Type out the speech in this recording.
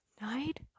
Night